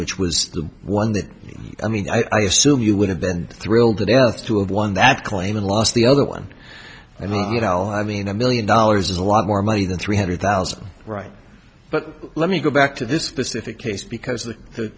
which was the one that i mean i assume you would have been thrilled to death to have one that claim and lost the other one and the little i mean a million dollars is a lot more money than three hundred thousand right but let me go back to this specific case because the